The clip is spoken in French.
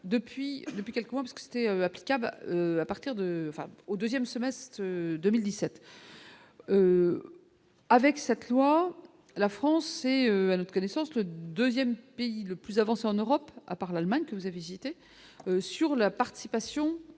depuis quelques mois parce que c'était applicable à partir de fin au 2ème semestre 2017 avec cette loi, la France c'est à notre connaissance, le 2ème, pays le plus avancé en Europe, à part l'Allemagne que vous avez hésité sur la participation,